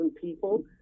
people